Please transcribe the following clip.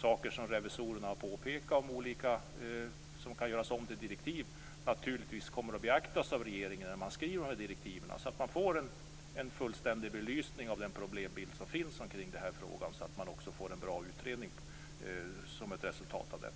saker som revisorerna har påpekat och är sådant som kan göras om till direktiv naturligtvis kommer att beaktas av regeringen när den skriver direktiven. Då får man en fullständig belysning av den problembild som finns omkring den här frågan så att man också får en bra utredning som ett resultat av detta.